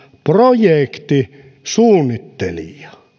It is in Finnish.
projektisuunnittelija